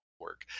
work